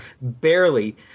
barely